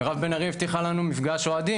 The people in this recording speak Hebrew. מירב בן ארי הבטיחה לנו מפגש אוהדים,